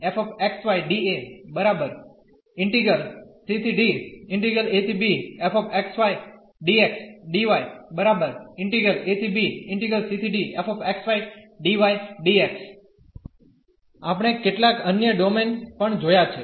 આપણે કેટલાક અન્ય ડોમેન પણ જોયા છે